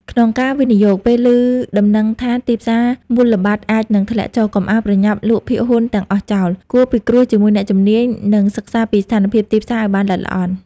ក្នុងការវិនិយោគ ពេលឮដំណឹងថាទីផ្សារមូលបត្រអាចនឹងធ្លាក់ចុះ កុំអាលប្រញាប់លក់ភាគហ៊ុនទាំងអស់ចោល គួរពិគ្រោះជាមួយអ្នកជំនាញ និងសិក្សាពីស្ថានភាពទីផ្សារឲ្យបានល្អិតល្អន់។